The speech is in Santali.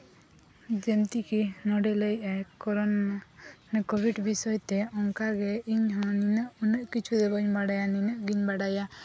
ᱡᱮᱢᱛᱤ ᱠᱤ ᱱᱚᱰᱮᱭ ᱞᱟᱹᱭᱮᱫᱼᱟ ᱠᱚᱨᱚᱱ ᱠᱳᱵᱷᱤᱰ ᱵᱤᱥᱚᱭ ᱛᱮ ᱚᱱᱠᱟᱜᱮ ᱩᱱᱟᱹᱜ ᱠᱤᱪᱷᱩ ᱫᱚ ᱵᱟᱹᱧ ᱵᱟᱲᱟᱭᱟ ᱱᱤᱱᱟᱹᱜ ᱜᱤᱧ ᱵᱟᱲᱟᱭᱟ